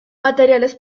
materiales